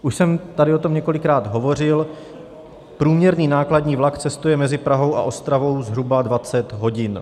Už jsem tady o tom několikrát hovořil, průměrný nákladní vlak cestuje mezi Prahou a Ostravou zhruba 20 hodin.